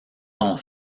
son